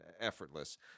effortless